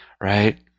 right